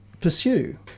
pursue